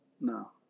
No